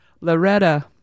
Loretta